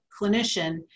clinician